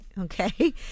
Okay